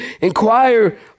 inquire